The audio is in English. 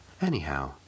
Anyhow